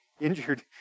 injured